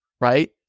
right